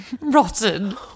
Rotten